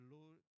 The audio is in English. Lord